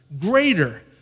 greater